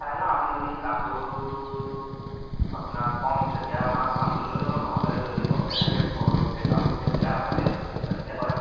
চাই লওঁ আমি যদি কামটো আপোনাৰ কম তেতিয়া আমাৰ কামটো লৈ লওঁ নহ'লে যদি সৰহকৈ থাকে ঘৰৰ গোটেই কামবোৰ তেতিয়া হাজিৰা ছিষ্টেম তেনেকৈ হয় আৰু